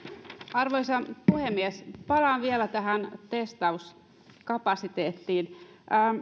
arvoisa puhemies palaan vielä tähän testauskapasiteettiin